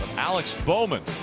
alex bowman